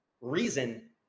reason